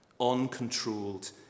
Uncontrolled